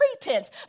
pretense